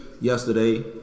Yesterday